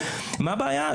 מה הבעיה?